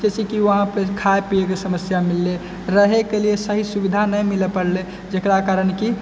जाहिसॅं कि वहाँपे खाइ पिअइ के समस्या मिललै रहै के लिए सही सुविधा नहि मिलय पाड़लै जेकरा कारण कि